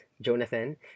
Jonathan